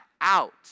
out